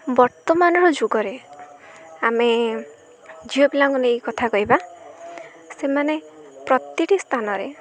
ବର୍ତ୍ତମାନର ଯୁଗରେ ଆମେ ଝିଅପିଲାଙ୍କୁ ନେଇକି କଥା କହିବା ସେମାନେ ପ୍ରତିଟି ସ୍ଥାନରେ